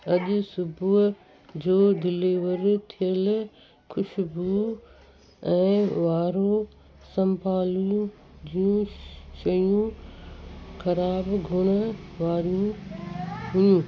अॼु सुबुह जो डिलीवर थियल खुशबू ऐं वारूं संभाल जूं शयूं ख़राबु गुण वारियूं हुयूं